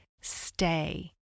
stay